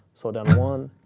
so then one,